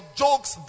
jokes